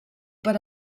per